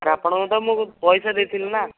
ଆପଣଙ୍କୁ ତ ମୁଁ ପଇସା ଦେଇଥିଲି ନା